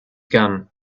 gun